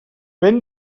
vent